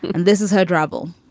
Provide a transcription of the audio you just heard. and this is her drabble.